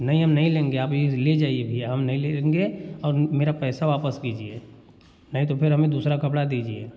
नहीं हम नहीं लेंगे आप ये ले जाइए भैया हम नहीं लेंगे और मे मेरा पैसा वापस कीजिए नहीं तो फिर हमें दूसरा कपड़ा दीजिए